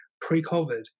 pre-COVID